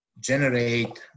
Generate